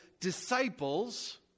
disciples